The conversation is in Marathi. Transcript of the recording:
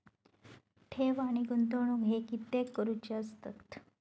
ठेव आणि गुंतवणूक हे कित्याक करुचे असतत?